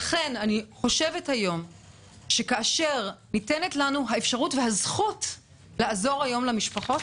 לכן אני חושבת שכאשר ניתנת לנו האפשרות והזכות לעזור היום למשפחות